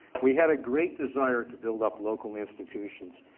we had a great desire to build up local institutions,